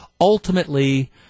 Ultimately